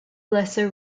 lesser